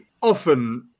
often